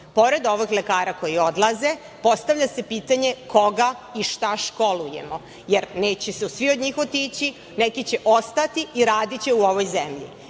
Pored ovih lekara koji odlaze, postavlja se pitanje koga i šta školujemo? Jer, neće svi otići, neki će ostati i radiće u ovoj zemlji.